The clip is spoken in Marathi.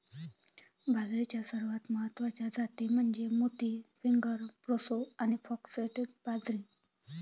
बाजरीच्या सर्वात महत्वाच्या जाती म्हणजे मोती, फिंगर, प्रोसो आणि फॉक्सटेल बाजरी